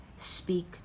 Speak